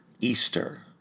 Easter